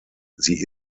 sie